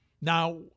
Now